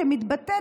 שמתבטאת